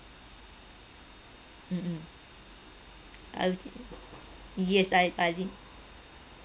mm mm I'll yes I I did